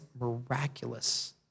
miraculous